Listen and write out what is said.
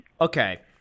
Okay